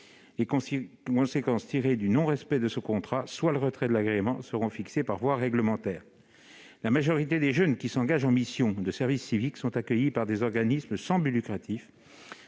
Les conséquences tirées du non-respect de ce contrat, c'est-à-dire le retrait de l'agrément, seront fixées par voie réglementaire. La majorité des jeunes qui s'engagent en mission de service civique sont accueillis par des organismes sans but lucratif.